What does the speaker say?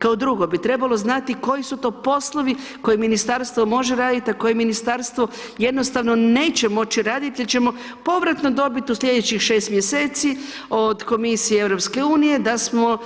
Kao drugo bi trebalo znati koji su to poslovi koje ministarstvo može raditi a koje ministarstvo jednostavno neće moći raditi jer ćemo povratno dobiti u slijedećih 6 mj. od komisije EU-a da smo